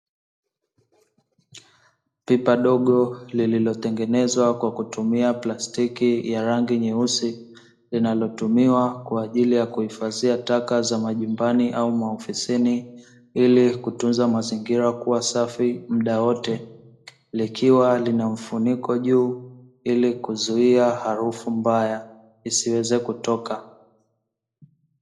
Pipa dogo lililotengenezwa kwa kutumia plastiki ya rangi nyeusi linalotumiwa kwa ajili ya kuhifadhia taka za majumbani au maofisini, ili kutunza mazingira kuwa safi muda wote. Likiwa lina mfuniko juu ili kuzuia harufu mbaya isiweze kutoka.